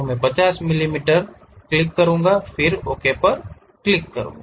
तो 50 मिलीमीटर जाएं फिर ओके पर क्लिक करें